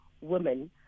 women